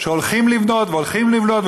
שהולכים לבנות והולכים לבנות,